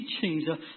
teachings